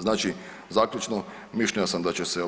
Znači zaključno, mišljenja sam da će se